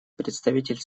представитель